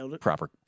proper